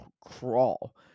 crawl